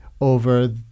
over